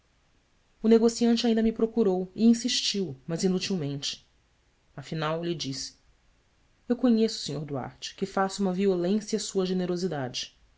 o negociante ainda me procurou e insistiu mas inutilmente afinal lhe disse u conheço sr duarte que faço uma violência à sua generosidade